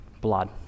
blood